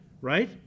right